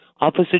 opposite